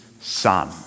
son